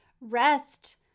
Rest